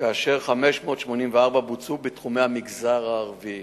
כאשר 584 בוצעו בתחומי המגזר הערבי.